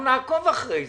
אנחנו נעקוב אחרי זה.